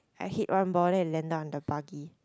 I hit one ball then it landed on the buggy